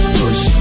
push